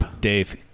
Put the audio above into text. Dave